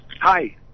Hi